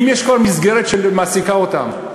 אם כבר יש מסגרת שמעסיקה אותם,